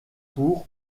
pour